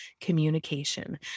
communication